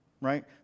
right